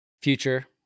future